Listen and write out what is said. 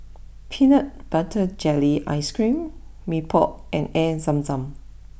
Peanut Butter Jelly Ice cream Mee Pok and Air Zam Zam